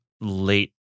late